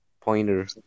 pointer